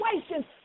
situations